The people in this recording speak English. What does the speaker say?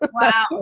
wow